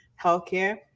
healthcare